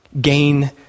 gain